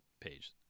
page